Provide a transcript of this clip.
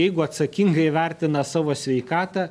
jeigu atsakingai vertina savo sveikatą